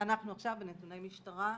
אנחנו עכשיו בנתוני משטרה,